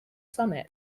summit